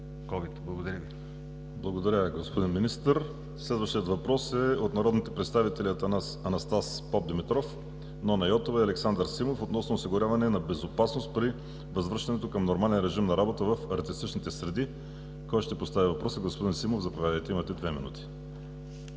ВАЛЕРИ СИМЕОНОВ: Благодаря, господин Министър. Следващият въпрос е от народните представители Анастас Попдимитров, Нона Йотова и Александър Симов относно осигуряването на безопасност при връщането към нормален режим на работа в артистичните среди. Кой ще постави въпроса? Господин Симов, заповядайте, имате две минути.